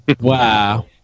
Wow